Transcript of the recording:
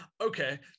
Okay